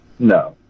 No